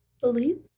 Beliefs